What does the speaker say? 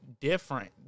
different